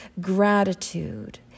gratitude